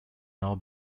now